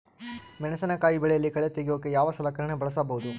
ಮೆಣಸಿನಕಾಯಿ ಬೆಳೆಯಲ್ಲಿ ಕಳೆ ತೆಗಿಯೋಕೆ ಯಾವ ಸಲಕರಣೆ ಬಳಸಬಹುದು?